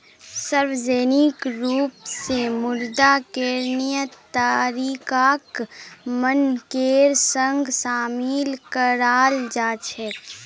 सार्वजनिक रूप स मुद्रा करणीय तरीकाक मानकेर संग शामिल कराल जा छेक